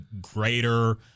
greater